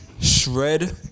shred